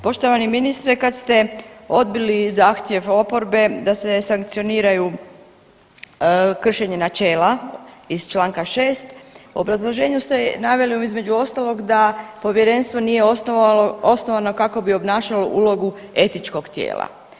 Poštovani ministre kad ste odbili zahtjev oporbe da se sankcioniraju kršenje načela iz Članka 6. u obrazloženju ste naveli između ostalog da povjerenstvo nije osnovano kako bi obnašalo ulogu etičkog tijela.